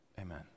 Amen